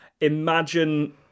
Imagine